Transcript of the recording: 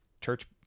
church